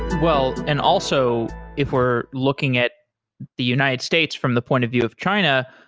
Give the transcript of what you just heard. well, and also if we're looking at the united states from the point of view of china,